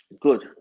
Good